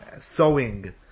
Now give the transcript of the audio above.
sewing